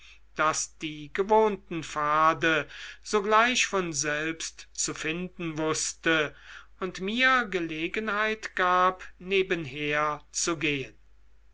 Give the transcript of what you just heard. das die gewohnten pfade sogleich von selbst zu finden wußte und mir gelegenheit gab nebenher zu gehen